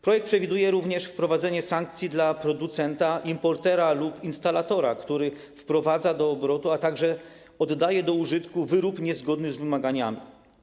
Projekt przewiduje również wprowadzenie sankcji dla producenta, importera lub instalatora, który wprowadza do obrotu, a także oddaje do użytku wyrób niezgodny z wymaganiami.